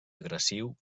agressiu